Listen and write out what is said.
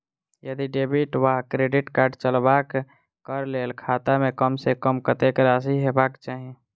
यदि डेबिट वा credit card चलबाक कऽ लेल खाता मे कम सऽ कम कत्तेक राशि हेबाक चाहि?